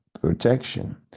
protection